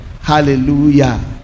Hallelujah